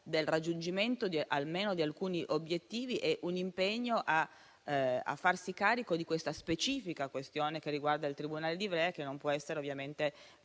del raggiungimento almeno di alcuni obiettivi e un impegno a farsi carico di questa specifica questione che riguarda il tribunale di Ivrea, che non può essere affrontata